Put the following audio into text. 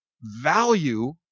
value